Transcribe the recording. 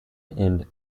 and